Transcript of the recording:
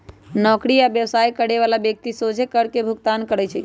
नौकरी आ व्यवसाय करे बला व्यक्ति सोझे कर के भुगतान करइ छै